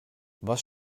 was